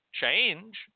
change